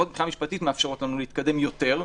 מבחינה משפטית מאפשרת לנו להתקדם יותר.